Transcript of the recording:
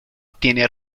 tiene